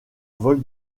vol